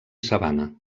sabana